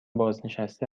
بازنشسته